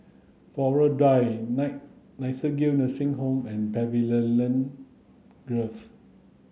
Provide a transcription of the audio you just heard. Flora Drive Night Nightingale Nursing Home and Pavilion Grove